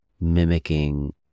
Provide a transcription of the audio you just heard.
mimicking